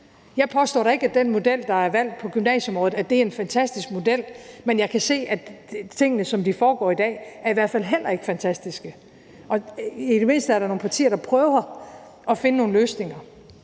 Jeg påstår da ikke, at den model, der er valgt på gymnasieområdet, er en fantastisk model, men jeg kan se, at tingene, som det foregår i dag, i hvert fald heller ikke er fantastiske. I det mindste er der nogle partier, der prøver at finde nogle løsninger.